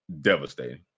devastating